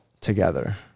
together